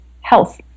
health